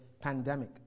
pandemic